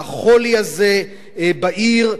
החולי הזה בעיר,